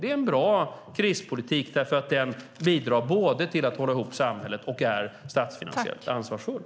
Det är en bra krispolitik, därför att den bidrar till att hålla ihop samhället samtidigt som den är statsfinansiellt ansvarsfull.